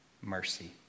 mercy